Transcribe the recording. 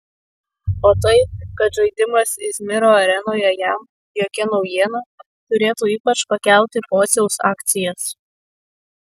o tai kad žaidimas izmiro arenoje jam jokia naujiena turėtų ypač pakelti pociaus akcijas